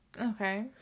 Okay